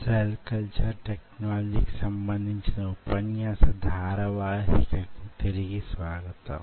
cell culture technology కి సంబంధించిన ఉపన్యాస ధారావాహిక కి తిరిగి స్వాగతం